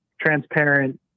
transparent